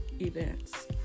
events